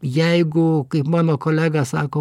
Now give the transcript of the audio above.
jeigu kaip mano kolega sako